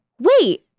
Wait